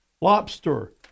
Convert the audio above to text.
lobster